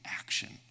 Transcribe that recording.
action